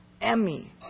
Emmy